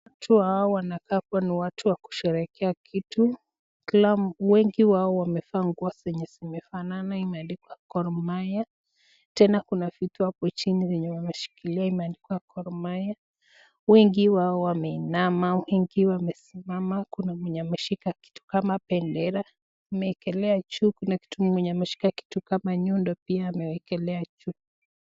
Watu hawa wanakaa kuwa ni watu wanasherekea kitu . Wengi wao wamevaa nguo zimefanana imeandikwa Gor Mahia tena kuna vitu apo chini ameshikilia imeandikwa Gor Mahia wengi wao , wengi wamesimama kuna mwenye ameshika kitu kama bendera ameekelea juu ,kuna kitu kama nyundo pia ameekelea juu.